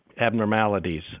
abnormalities